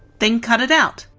then cut it out.